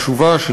החשובה,